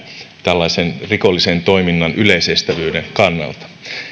tällaisen rikollisen toiminnan yleisestävyyden kannalta